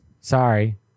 sorry